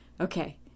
okay